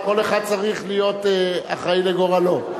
כל אחד צריך להיות אחראי לגורלו.